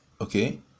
Okay